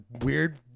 weird